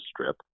strip